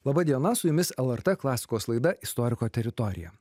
laba diena su jumis lrt klasikos laida istoriko teritorija